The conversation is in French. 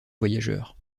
voyageurs